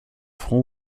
front